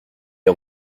est